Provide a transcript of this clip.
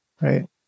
right